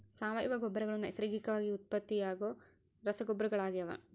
ಸಾವಯವ ಗೊಬ್ಬರಗಳು ನೈಸರ್ಗಿಕವಾಗಿ ಉತ್ಪತ್ತಿಯಾಗೋ ರಸಗೊಬ್ಬರಗಳಾಗ್ಯವ